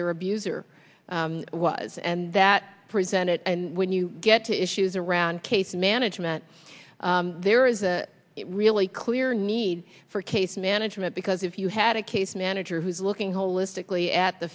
their abuser was and that present it and when you get to issues around case management there is a really clear need for case management because if you had a case manager who's looking holistically at the